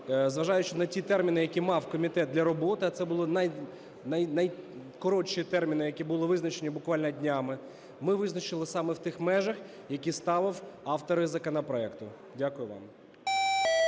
зважаючи на ті терміни, які мав комітет для роботи, а це були найкоротші терміни, які були визначені буквально днями, ми визначили саме в тих межах, які ставили автори законопроекту. Дякую вам.